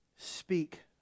Speak